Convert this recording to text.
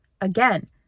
Again